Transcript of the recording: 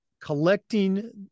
collecting